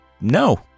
no